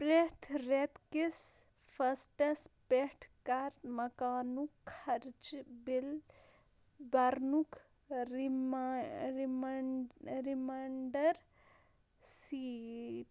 پرٛٮ۪تھ رٮ۪تہٕ کِس فٕسٹَس پٮ۪ٹھ کر مکانُک خرچہٕ بِل برنُک رِما رِمَن ریمانڈر سیٖٹ